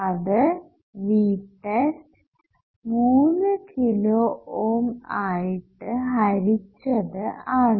അത് Vtest 3 kilo ohm ആയിട്ട് ഹരിച്ചത് ആണ്